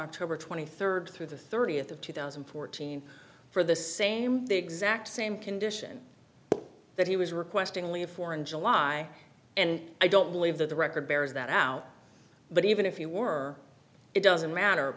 october twenty third through the thirtieth of two thousand and fourteen for the same exact same condition that he was requesting leave for in july and i don't believe that the record bears that out but even if you were it doesn't matter